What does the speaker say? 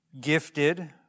gifted